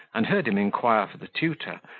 and heard him inquire for the tutor,